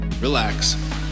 relax